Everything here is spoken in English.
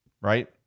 right